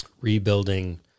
rebuilding